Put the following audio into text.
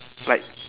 like